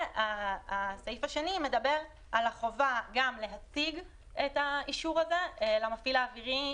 והסעיף השני מדבר על החובה גם להציג את האישור הזה למפעיל האווירי,